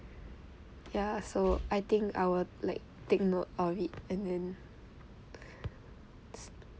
ya so I think I will like take note of it and then